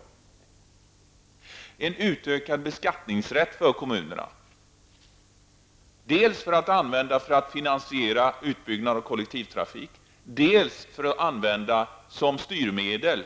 Det krävs en utökad beskattningsrätt för kommunerna, dels för att finansiera utbyggnaden av kollektivtrafiken, dels för att användas som styrmedel